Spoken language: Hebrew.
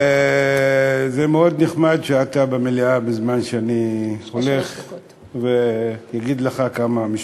זה מאוד נחמד שאתה במליאה בזמן שאני הולך להגיד לך כמה משפטים.